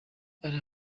ari